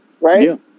Right